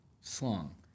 slung